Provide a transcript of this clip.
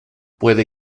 puede